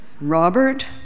Robert